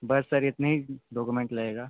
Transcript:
बस सर इतनी ही डॉक्यूमेंट लगेगा